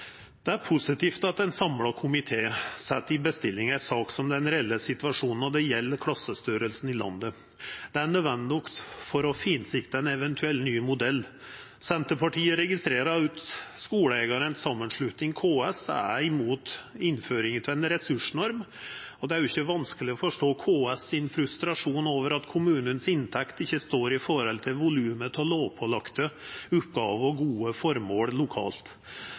Det er positivt at ein samla komité set i bestilling ei sak som den reelle situasjonen når det gjeld klassestorleiken i landet. Det er nødvendig for å finsikta ein eventuell ny modell. Senterpartiet registrerer at skuleeigaren si samanslutning KS er imot innføringa av ei ressursnorm, og det er ikkje vanskeleg å forstå KS’ frustrasjon over at inntekta til kommunane ikkje står i forhold til volumet av lovpålagde oppgåver og gode formål lokalt.